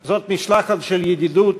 (מחיאות כפיים) זאת משלחת של ידידות,